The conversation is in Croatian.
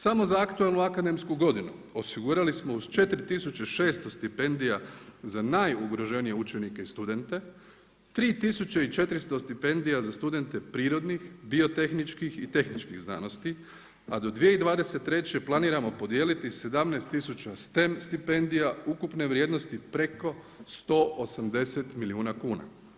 Samo za aktualnu akademsku godinu osigurali smo uz 4600 stipendija za najugroženije učenike i studente 3400 stipendija za studente prirodnih, biotehničkih i tehničkih znanosti a do 2023. planiramo podijelili 17 tisuća STEM stipendija ukupne vrijednosti preko 180 milijuna kuna.